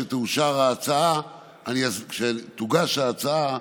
כשתוגש ההצעה,